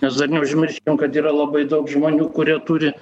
nes dar neužmirškim kad yra labai daug žmonių kurie turi